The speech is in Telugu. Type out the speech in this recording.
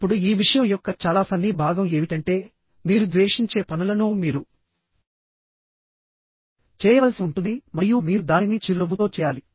ఇప్పుడు ఈ విషయం యొక్క చాలా ఫన్నీ భాగం ఏమిటంటే మీరు ద్వేషించే పనులను మీరు చేయవలసి ఉంటుంది మరియు మీరు దానిని చిరునవ్వుతో చేయాలి